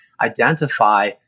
identify